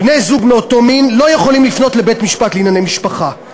בני-זוג מאותו מין לא יכולים לפנות אל בית-משפט לענייני משפחה.